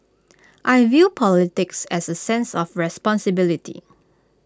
I view politics as A sense of responsibility